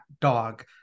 dog